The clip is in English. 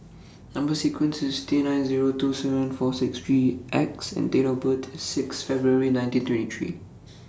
Number sequence IS T nine Zero two seven four six three X and Date of birth IS Sixth February nineteen twenty three